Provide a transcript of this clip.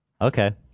okay